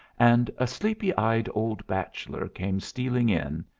and a sleepy-eyed old bachelor came stealing in,